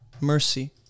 Mercy